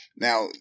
Now